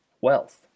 wealth